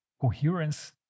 coherence